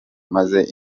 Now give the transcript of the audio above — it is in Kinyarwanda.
maze